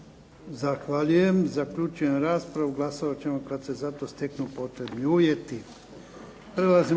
Zahvaljujem. Zaključujem raspravu. Glasovat ćemo kad se za to steknu potrebni uvjeti.